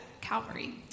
Calvary